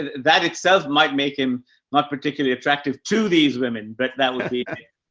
that itself might make him not particularly attractive to these women. but that would be,